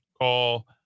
call